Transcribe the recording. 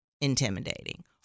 intimidating